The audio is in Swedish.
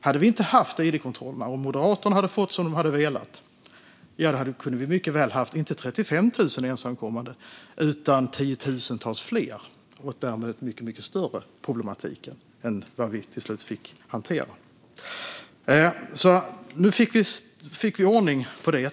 Hade vi inte haft id-kontrollerna och Moderaterna hade fått som de velat, ja, då kunde vi mycket väl ha haft inte 35 000 ensamkommande utan tiotusentals fler och därmed en mycket större problematik än vad vi till slut fick hantera.